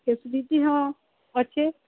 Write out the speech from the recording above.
ସେଠି ବି ଅଛି